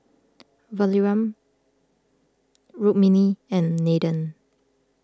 Vikram Rukmini and Nathan